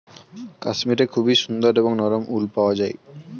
কাশ্মীরে খুবই সুন্দর এবং নরম উল পাওয়া যায়